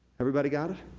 everybody got it?